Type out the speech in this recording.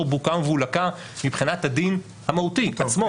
בוקה ומבולקה מבחינת הדין המהותי עצמו,